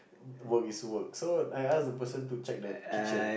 work is work so I ask the person to check the kitchen